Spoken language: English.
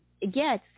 Yes